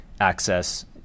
access